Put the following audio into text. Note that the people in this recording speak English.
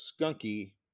skunky